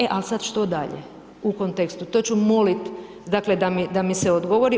E ali sad što dalje u kontekstu To ću moliti dakle da mi se odgovori.